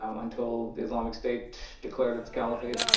um until the islamic state declared its caliphate,